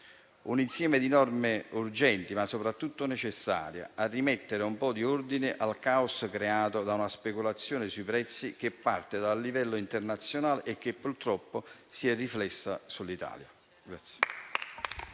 un insieme di norme urgenti, ma soprattutto necessarie a rimettere ordine nel caos creato da una speculazione sui prezzi che parte dal livello internazionale e che purtroppo si è riflessa sull'Italia.